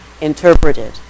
interpreted